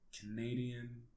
Canadian